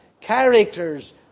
characters